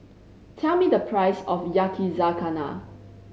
tell me the price of Yakizakana